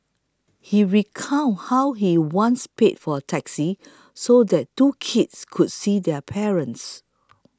he recounted how he once paid for a taxi so that two kids could see their parents